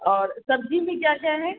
और सब्ज़ी में क्या क्या है